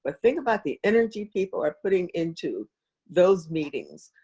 ah think about the energy people are putting into those meetings,